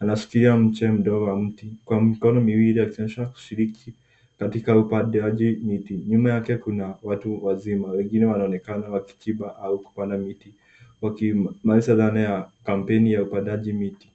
Anashikilia mchee mdogo wa mti kwa mkono miwili hajaweza kushiriki katika upandaji mti. Nyuma yake kuna watu wazima. Wengine wanaonekana wakichimba au kupanda miti wakimaliza dhana ya kampeni ya upandaji miti.